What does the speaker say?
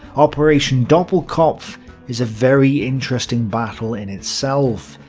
operation doppelkopf is a very interesting battle in itself,